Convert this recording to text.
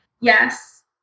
Yes